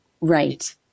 Right